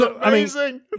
Amazing